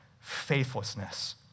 faithlessness